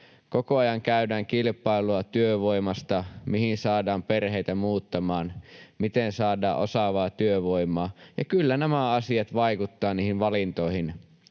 Koko ajan käydään kilpailua työvoimasta ja siitä, mihin saadaan perheitä muuttamaan, miten saadaan osaavaa työvoimaa. Kyllä nämä asiat vaikuttavat niihin valintoihin.